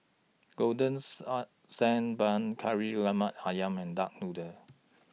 Golden Sand Bun Kari Lemak Ayam and Duck Noodle